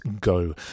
Go